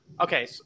Okay